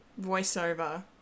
voiceover